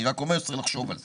אני רק אומר שצריך לחשוב על זה.